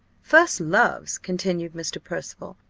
first loves, continued mr. percival,